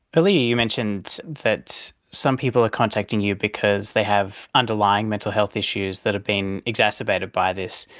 earlier you mentioned that some people are contacting you because they have underlying mental health issues that are being exacerbated by this,